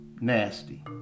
Nasty